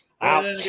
Out